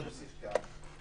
צריך להוסיף כאן: